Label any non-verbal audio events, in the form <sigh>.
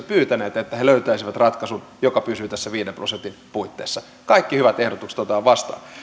<unintelligible> pyytäneet heiltä että he löytäisivät ratkaisun joka pysyy näissä viiden prosentin puitteissa kaikki hyvät ehdotukset otetaan vastaan